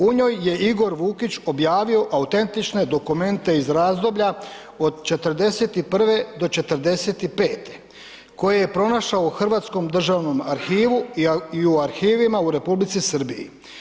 U njoj je Igor Vukić objavio autentične dokumente iz razdoblja od '41. do '45. koje je pronašao u Hrvatskom državnom arhivu i u arhivima u Republici Srbiji.